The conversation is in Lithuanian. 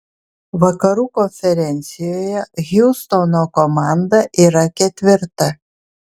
vakarų konferencijoje hjustono komanda yra ketvirta